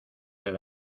del